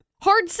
hard